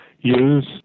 use